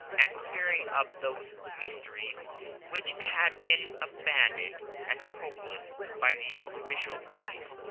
and clearing up those mysteries which had been abandoned as hopeless by the official police.